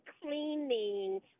cleaning